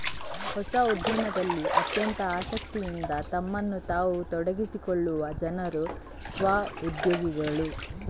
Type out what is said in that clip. ಹೊಸ ಉದ್ಯಮದಲ್ಲಿ ಅತ್ಯಂತ ಆಸಕ್ತಿಯಿಂದ ತಮ್ಮನ್ನು ತಾವು ತೊಡಗಿಸಿಕೊಳ್ಳುವ ಜನರು ಸ್ವ ಉದ್ಯೋಗಿಗಳು